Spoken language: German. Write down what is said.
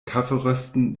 kaffeerösten